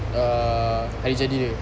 err hari jadi dia